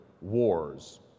Wars